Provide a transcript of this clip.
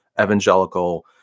evangelical